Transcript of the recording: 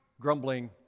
grumbling